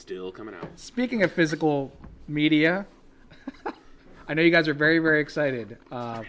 still coming speaking of physical media i know you guys are very very excited